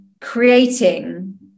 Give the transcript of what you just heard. creating